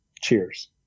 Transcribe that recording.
cheers